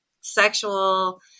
sexual